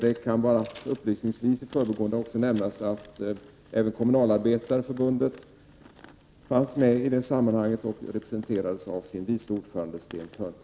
Det kan upplysningsvis nämnas i förbigående att även Kommunalarbetareförbundet fanns med i det sammanhanget och representerades av sin andre förbundsordförande Sten Törnblom.